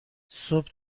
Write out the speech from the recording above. صبح